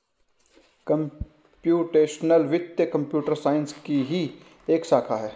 computational वित्त computer science की ही एक शाखा है